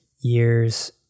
years